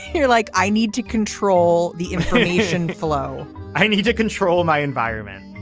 here like i need to control the information flow i need to control my environment.